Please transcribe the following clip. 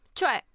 cioè